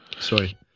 Sorry